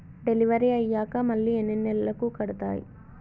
Delivery అయ్యాక మళ్ళీ ఎన్ని నెలలకి కడుతాయి?